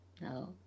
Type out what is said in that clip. no